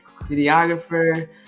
videographer